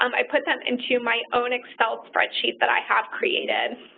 um i put them into my own excel spreadsheet that i have created.